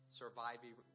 surviving